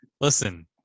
Listen